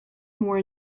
more